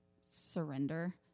surrender